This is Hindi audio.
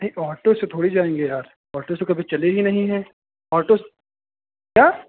नहीं ऑटो से थोड़ी जाएँगे यार ऑटो से कभी चले ही नहीं हैं आटो क्या